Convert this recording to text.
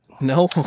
No